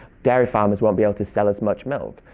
dairy farmers won't be able to sell as much milk.